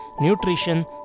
nutrition